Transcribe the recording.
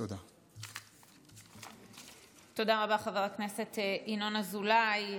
תודה רבה, חבר הכנסת ינון אזולאי.